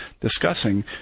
discussing